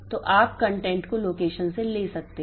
तो आप कंटेंट को लोकेशन से ले सकते हैं